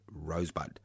Rosebud